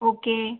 okay